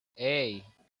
hey